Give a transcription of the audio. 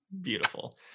beautiful